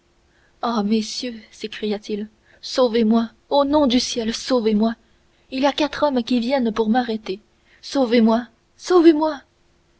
ah messieurs s'écria-t-il sauvez-moi au nom du ciel sauvezmoi il y a quatre hommes qui viennent pour m'arrêter sauvez-moi sauvez-moi